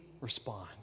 respond